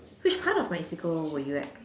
which part of Mexico were you at